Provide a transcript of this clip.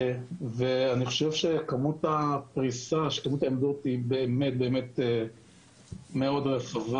אני חושב שכמות העמדות היא באמת מאוד רחבה.